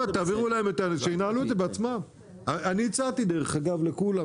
אני הצעתי דרך אגבל לכולם,